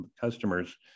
customers